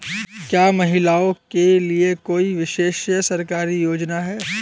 क्या महिलाओं के लिए कोई विशेष सरकारी योजना है?